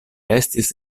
estis